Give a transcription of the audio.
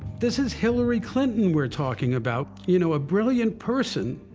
this is hillary clinton we're talking about, you know, a brilliant person,